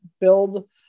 build